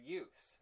use